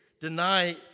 deny